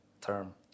term